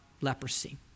leprosy